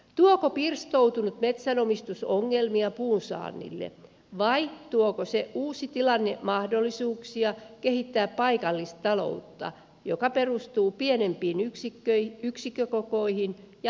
tuoko pirstoutunut metsänomistus ongelmia puunsaannille vai tuoko se uusi tilanne mahdollisuuksia kehittää paikallistaloutta joka perustuu pienempiin yksikkökokoihin ja hajautettuun tuotantoon